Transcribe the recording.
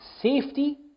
safety